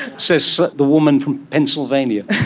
says the woman from pennsylvania.